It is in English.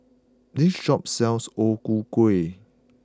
this shop sells O Ku Kueh